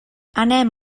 anem